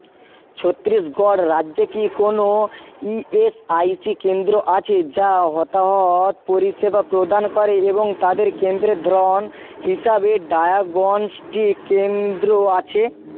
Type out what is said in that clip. ছত্রিশগড় রাজ্যে কি কোনো ই এস আই সি কেন্দ্র আছে যা হতাহত পরিষেবা প্রদান করে এবং তাদের কেন্দ্রের ধরন হিসাবে ডায়াগনস্টিক কেন্দ্র আছে